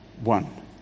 one